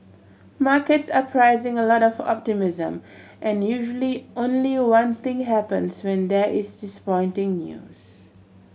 markets are pricing a lot of optimism and usually only one thing happens when there is disappointing news